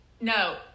no